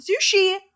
sushi